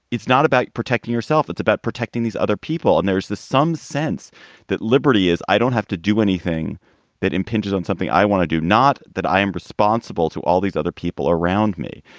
it's not about protecting yourself. it's about protecting these other people. and there's the some sense that liberty is i don't have to do anything that impinges on something i want to do. not that i am responsible to all these other people around me.